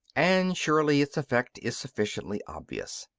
and surely its effect is sufficiently obvious.